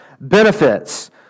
Benefits